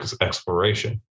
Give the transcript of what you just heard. exploration